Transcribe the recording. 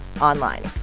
online